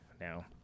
now